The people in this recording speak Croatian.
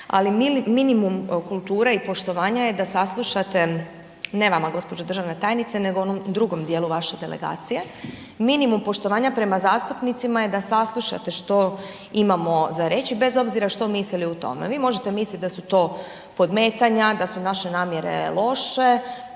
ali minimum kulture i poštovanja je da saslušate, ne vama gđo. državna tajnice nego ovom drugom dijelu vaše delegacije, minimum poštovanja prema zastupnicima je da saslušate što imamo za reći, bez obzira što mislili o tome. Vi možete misliti da su to podmetanja, da su naše namjere loše,